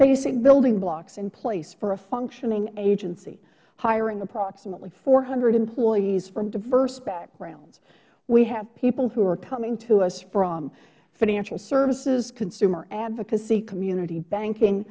basic building blocks in place for a functioning agency hiring approximately four hundred employees from diverse backgrounds we have people who are coming to us from financial services consumer advocacy community banking